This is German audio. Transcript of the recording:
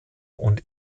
und